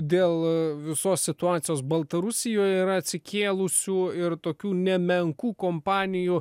dėl visos situacijos baltarusijoj yra atsikėlusių ir tokių nemenkų kompanijų